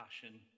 passion